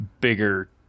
bigger